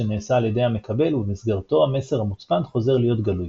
שנעשה על ידי המקבל ובמסגרתו המסר המוצפן חוזר להיות גלוי.